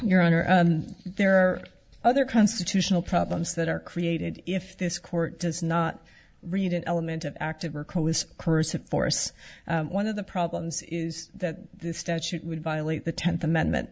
honor there are other constitutional problems that are created if this court does not read an element of active or coas curse of force one of the problems is that the statute would violate the tenth amendment